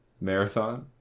Marathon